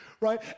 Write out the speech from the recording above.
right